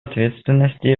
ответственности